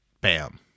Bam